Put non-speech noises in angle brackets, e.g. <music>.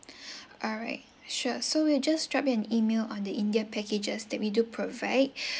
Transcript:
<breath> all right sure so we'll just drop you an email on the india packages that we do provide <breath>